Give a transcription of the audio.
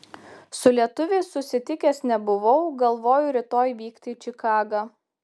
su lietuviais susitikęs nebuvau galvoju rytoj vykti į čikagą